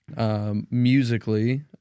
musically